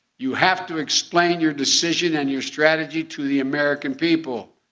you have to explain your decision and your strategy to the american people.